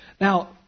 Now